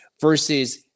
versus